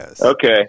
okay